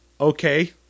okay